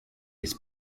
his